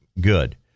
good